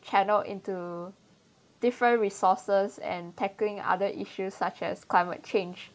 channelled into different resources and tackling other issues such as climate change